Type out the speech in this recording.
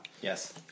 Yes